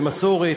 למסורת,